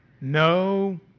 no